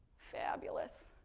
fabulous,